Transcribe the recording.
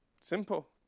Simple